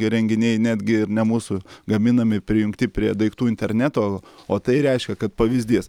įrenginiai netgi ir ne mūsų gaminami prijungti prie daiktų interneto o tai reiškia kad pavyzdys